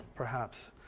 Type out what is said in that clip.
perhaps,